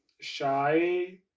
shy